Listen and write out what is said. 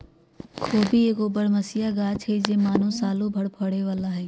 खोबि एगो बरमसिया ग़ाछ हइ माने सालो भर फरे बला हइ